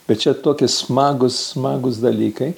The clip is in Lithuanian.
bet čia tokie smagūs smagūs dalykai